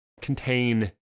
contain